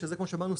שזה כמו שאמרנו,